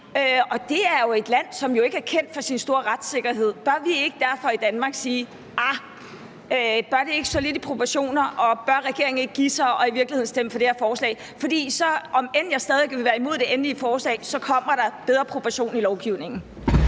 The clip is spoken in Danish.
Og det er et land, som jo ikke er kendt for sin store retssikkerhed. Bør vi derfor ikke i Danmark sige: Arh? Så bør det ikke være proportionalt, og bør regeringen ikke give sig og i virkeligheden stemme for det her ændringsforslag? For selv om jeg stadig væk vil være imod det endelige forslag, kommer der bedre proportion i lovgivningen.